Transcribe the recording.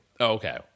Okay